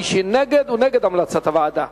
מי שנגד הוא נגד המלצת הוועדה.